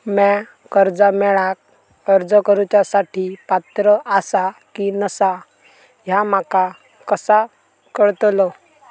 म्या कर्जा मेळाक अर्ज करुच्या साठी पात्र आसा की नसा ह्या माका कसा कळतल?